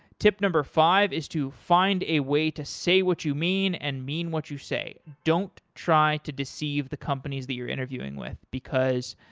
tip number five is to find a way to say what you mean and mean what you say. don't try to deceive the companies that you're interviewing with, because